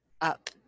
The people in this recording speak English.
up